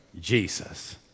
Jesus